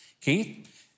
Keith